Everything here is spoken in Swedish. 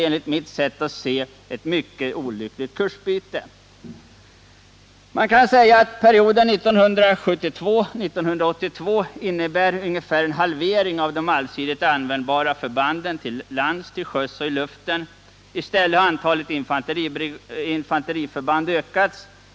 Enligt mitt sätt att se innebar detta en mycket olycklig kursändring för försvarets framtid. Man kan säga att perioden 1972-1982 kommer att innebära ungefär en halvering av deallsidigt användbara förbanden till lands, till sjöss och i luften. I stället har antalet infanteriförband ökats.